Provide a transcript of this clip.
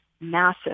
massive